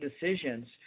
decisions